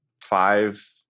five